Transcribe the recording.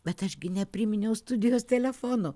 bet aš gi nepriminiau studijos telefono